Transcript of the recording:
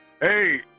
Hey